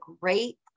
great